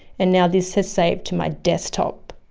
and now this has saved to my desktop.